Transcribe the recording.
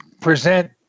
present